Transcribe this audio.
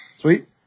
Sweet